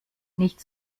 nicht